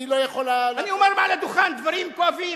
אני לא יכול, אני אומר מעל הדוכן דברים כואבים,